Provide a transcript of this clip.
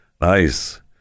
Nice